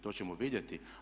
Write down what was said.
To ćemo vidjeti.